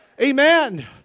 Amen